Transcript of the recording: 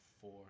four